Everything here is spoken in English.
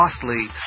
costly